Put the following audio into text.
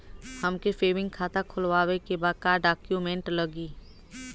हमके सेविंग खाता खोलवावे के बा का डॉक्यूमेंट लागी?